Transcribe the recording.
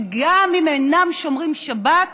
גם אם אינם שומרים שבת,